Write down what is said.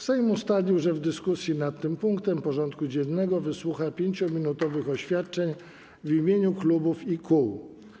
Sejm ustalił, że w dyskusji nad tym punktem porządku dziennego wysłucha 5-minutowych oświadczeń w imieniu klubów i kół.